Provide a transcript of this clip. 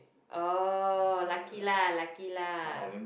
oh lucky lah lucky lah